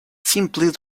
simply